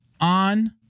on